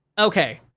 okay,